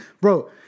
Bro